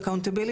לקיחת אחריות,